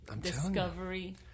discovery